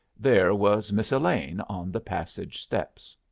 there was miss elaine on the passage-steps.